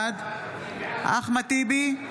בעד אחמד טיבי,